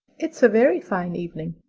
it's a very fine evening,